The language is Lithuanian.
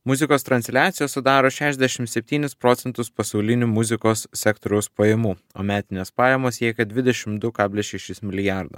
muzikos transliacija sudaro šešiasdešimt septynis procentus pasaulinių muzikos sektoriaus pajamų o metinės pajamos siekia dvidešimt du kablelis šeši milijardo